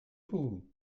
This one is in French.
vous